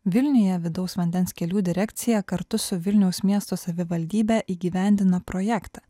vilniuje vidaus vandens kelių direkcija kartu su vilniaus miesto savivaldybe įgyvendina projektą